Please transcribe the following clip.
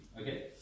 Okay